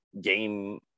game